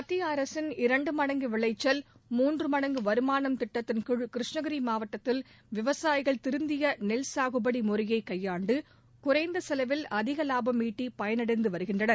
மத்திய அரசின் இரண்டு மடங்கு விளைச்சல் மூன்று மடங்கு வருமானம் திட்டத்தின் கீழ் கிருஷ்ணகிரி மாவட்டத்தில் விவசாயிகள் திருந்திய நெல் சாகுபடி முறையை கையாண்டு குறைந்த செலவில் அதிக லாபம் ஈட்டி பயனடைந்து வருகின்றனர்